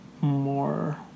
more